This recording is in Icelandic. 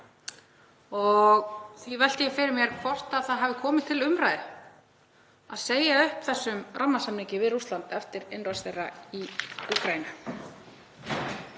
Því velti ég fyrir mér hvort það hafi komið til umræðu að segja upp þessum rammasamningi við Rússa eftir innrás þeirra í Úkraínu.